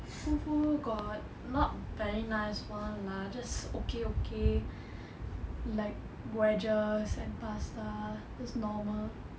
school food got not very nice one lah just okay okay like wedges and pasta just normal